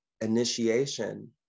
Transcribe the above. initiation